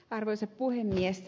arvoisa puhemies